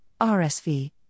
RSV